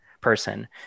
person